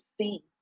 see